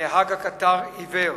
נהג הקטר עיוור.